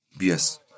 Yes